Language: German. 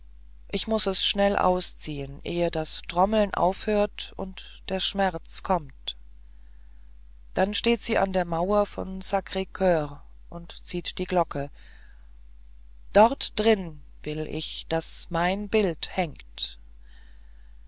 ich muß es schnell ausziehen ehe das trommeln aufhört und der schmerz kommt dann steht sie an der mauer vom sacr coeur und zieht die glocke dort drin will ich daß mein bild hängt